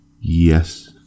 Yes